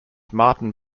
martin